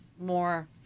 more